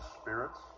spirits